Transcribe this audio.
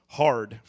hard